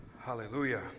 Hallelujah